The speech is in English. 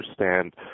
understand